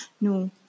no